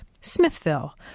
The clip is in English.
Smithville